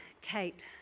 Kate